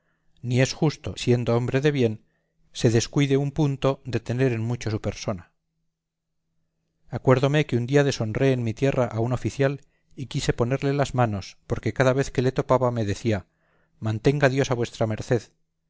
ni es justo siendo hombre de bien se descuide un punto de tener en mucho su persona acuérdome que un día deshonré en mi tierra a un oficial y quise ponerle las manos porque cada vez que le topaba me decía mantenga dios a vuestra merced